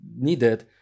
needed